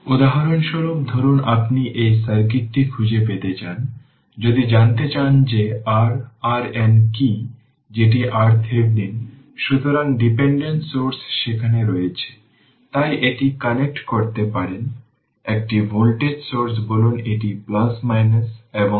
উদাহরণস্বরূপ সার্কিট এর সুইচটি দীর্ঘ সময় ধরে ক্লোজ থাকার মতো ফ্রি দেখানোর অর্থ হল এটি ক্লোজ ছিল এবং এর মানে এটি দীর্ঘ সময়ের জন্য স্টেডি স্টেট এ পৌঁছেছে